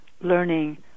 learning